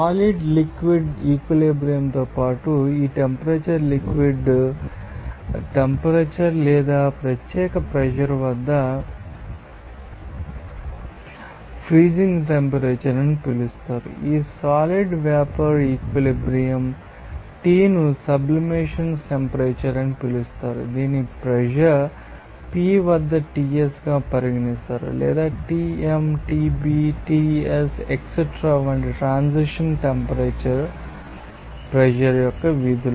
solid liquid equilibrium తో పాటు ఈ టెంపరేచర్ లిక్విడ్ ీభవన టెంపరేచర్ లేదా ప్రత్యేక ప్రెషర్ వద్ద ఫ్రీజింగ్ టెంపరేచర్ అని పిలుస్తారు ఈ సాలిడ్ వేపర్ ఈక్విలిబ్రియం t ను సబ్లిమేషన్ టెంపరేచర్ అని పిలుస్తారు దీనిని ప్రెషర్ p వద్ద Ts గా పరిగణిస్తారు లేదా Tm Tb Ts ఎట్సెట్రా వంటి ట్రాన్సిషన్ టెంపరేచర్ ప్రెషర్ యొక్క విధులు